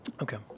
Okay